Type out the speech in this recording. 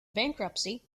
bankruptcy